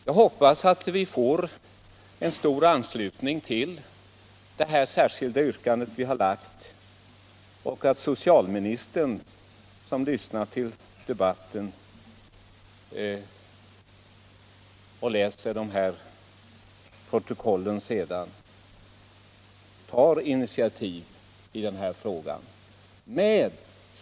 Jag hoppas att vi får stor anslutning till det särskilda yrkande som vi har lagt fram och att socialministern läser protokollet — biträdande socialministern lyssnar ju på debatten här i kammaren — och sedan tar initiativ i den här frågan.